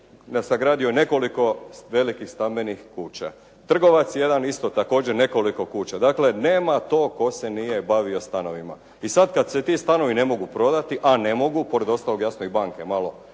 sagradio nekoliko velikih stambenih kuća, trgovac jedan isto također nekoliko kuća. Dakle, nema toga tko se nije bavio stanovima. I sad kad se ti stanovi ne mogu prodati a ne mogu, pored ostalog jasno i banke malo